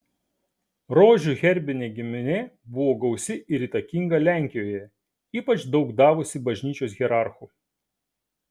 rožių herbinė giminė buvo gausi ir įtakinga lenkijoje ypač daug davusi bažnyčios hierarchų